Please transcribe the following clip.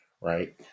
right